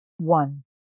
One